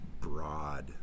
broad